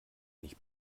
nicht